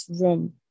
room